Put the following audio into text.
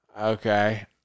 okay